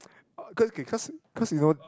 cause K cause cause you know